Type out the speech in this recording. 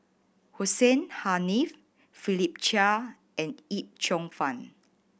Hussein Haniff Philip Chia and Yip Cheong Fun